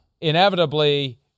inevitably